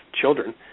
children